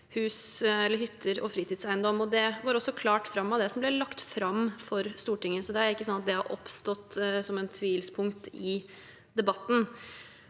ikke hytter og fritidseiendom. Det går også klart fram av det som ble lagt fram for Stortinget, så det er ikke sånn at det har oppstått som et tvilspunkt i debatten.